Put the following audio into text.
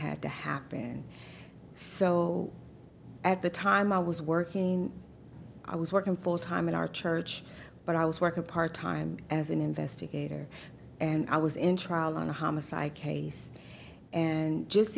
had to happen so at the time i was working i was working full time in our church but i was working part time as an investigator and i was in trial on a homicide case and just